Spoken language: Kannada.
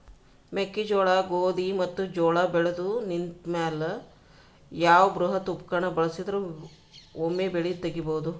ಮೆಕ್ಕೆಜೋಳ, ಗೋಧಿ ಮತ್ತು ಜೋಳ ಬೆಳೆದು ನಿಂತ ಮೇಲೆ ಯಾವ ಬೃಹತ್ ಉಪಕರಣ ಬಳಸಿದರ ವೊಮೆ ಬೆಳಿ ತಗಿಬಹುದು?